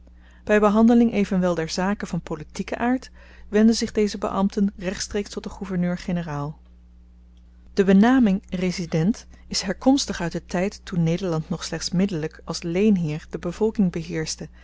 by behandeling evenwel der zaken van politieken aard wenden zich deze beambten rechtstreeks tot den gouverneur-generaal de benaming resident is herkomstig uit den tyd toen nederland nog slechts middelyk als leenheer de bevolking beheerschte